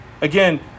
Again